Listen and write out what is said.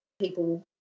people